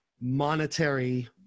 monetary